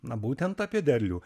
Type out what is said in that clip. na būtent apie derlių